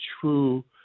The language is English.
true